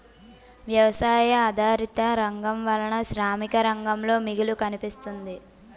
వ్యవసాయ ఆధారిత రంగం వలన శ్రామిక రంగంలో మిగులు కనిపిస్తుంది